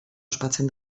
ospatzen